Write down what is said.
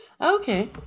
okay